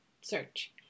search